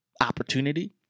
opportunity